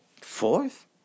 fourth